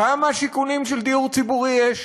כמה שיכונים של דיור ציבורי יש?